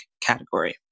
category